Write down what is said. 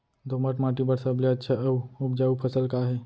दोमट माटी बर सबले अच्छा अऊ उपजाऊ फसल का हे?